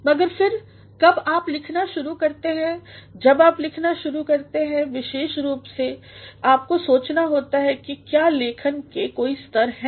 मगर फिर कब आप लिखना शुरू करते हैं जब आप लिखना शुरू करते हैं विशेष रूप में आपको सोचना होता है कि क्या लेखन के कोई स्तर हैं